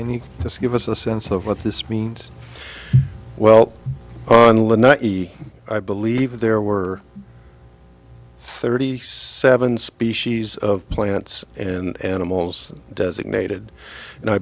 and you just give us a sense of what this means well i believe there were thirty seven species of plants and animals designated and i